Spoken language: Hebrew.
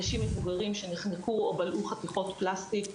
אנשים מבוגרים שנחנקו או בלעו חתיכות פלסטיק.